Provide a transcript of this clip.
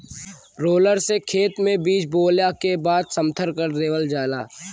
roller से खेत में बीज बोवला के बाद समथर कर देवल जाला